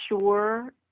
sure